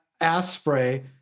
Aspray